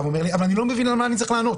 ואומר לי: אבל אני לא מבין על מה אני צריך לענות,